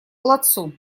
ладсу